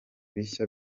bishya